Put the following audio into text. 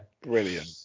brilliant